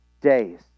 days